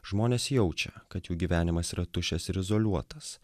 žmonės jaučia kad jų gyvenimas yra tuščias ir izoliuotas